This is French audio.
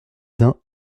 d’un